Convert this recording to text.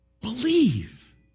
Believe